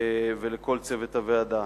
ולכל צוות הוועדה.